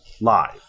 live